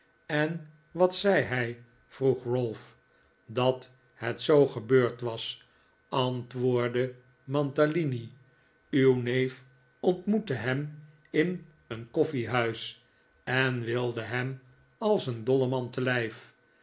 en wat zei hij vroeg ralph dat het zoo gebeurd was antwoordde mantalini uw neef ontmoette hem in een koffiehuis en wilde hem als een dolleman te lijf